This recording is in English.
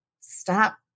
stop